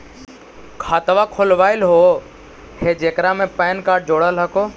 खातवा खोलवैलहो हे जेकरा मे पैन कार्ड जोड़ल हको?